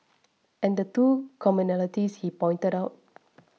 and the two commonalities he pointed out